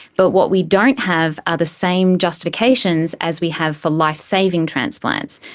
but what we don't have are the same justifications as we have for life-saving transplants.